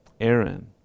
Aaron